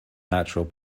natural